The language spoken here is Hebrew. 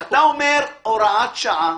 אם אתה עושה הוראת שעה,